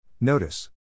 Notice